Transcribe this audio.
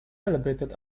celebrated